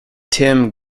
tim